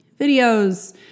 videos